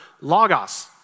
logos